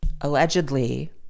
Allegedly